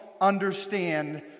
understand